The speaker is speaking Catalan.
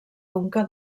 conca